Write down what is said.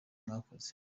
mwakoze